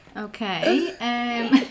Okay